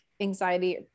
anxiety